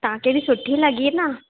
तव्हांखे बि सुठी लॻी न